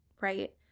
right